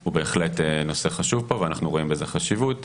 הוא בהחלט נושא חשוב פה, ואנחנו רואים בזה חשיבות.